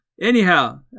anyhow